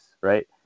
right